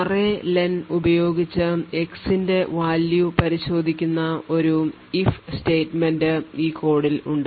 array len ഉപയോഗിച്ച് x ന്റെ value പരിശോധിക്കുന്ന ഒരു if സ്റ്റേറ്റ്മെന്റ് ഈ കോഡിൽ ഉണ്ട്